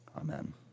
Amen